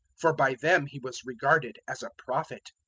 for by them he was regarded as a prophet.